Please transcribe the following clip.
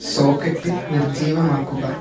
socket നിർജ്ജീവമാക്കുക